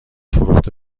فروخته